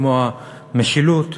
כמו המשילות.